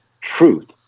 truth